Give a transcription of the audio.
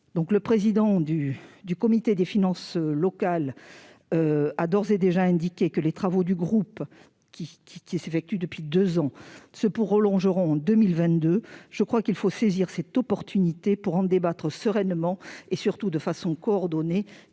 Le président du comité des finances locales a d'ores et déjà indiqué que les travaux du groupe, qui se poursuivent depuis deux ans, se prolongeront en 2022. Je crois qu'il faut saisir cette opportunité pour en débattre sereinement et surtout de façon coordonnée,